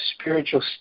spiritual